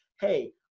hey